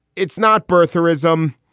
it's not birtherism.